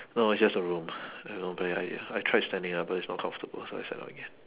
no it's just the room you know but I I tried standing up but it's not comfortable so I sat down again